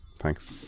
Thanks